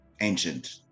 ancient